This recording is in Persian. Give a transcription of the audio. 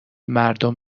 مردم